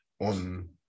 on